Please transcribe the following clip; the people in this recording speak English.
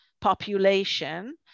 population